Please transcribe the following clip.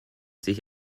sich